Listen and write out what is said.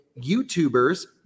youtubers